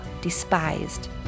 despised